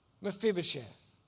Mephibosheth